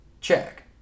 check